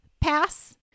pass